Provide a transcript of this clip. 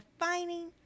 defining